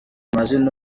amazina